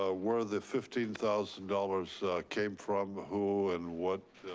ah where the fifteen thousand dollars came from, who and what,